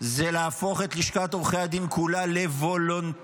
זה להפוך את לשכת עורכי הדין כולה לוולונטרית,